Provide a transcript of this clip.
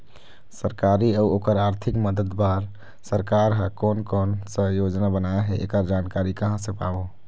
सरकारी अउ ओकर आरथिक मदद बार सरकार हा कोन कौन सा योजना बनाए हे ऐकर जानकारी कहां से पाबो?